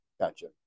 Gotcha